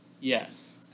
Yes